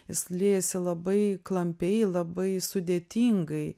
jis liejasi labai klampiai labai sudėtingai